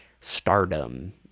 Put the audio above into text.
stardom